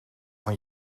van